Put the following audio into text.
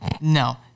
No